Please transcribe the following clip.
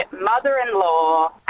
mother-in-law